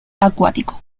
acuático